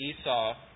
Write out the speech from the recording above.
Esau